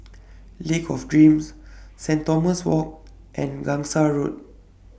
Lake of Dreams Saint Thomas Walk and Gangsa Road